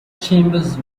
chambers